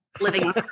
living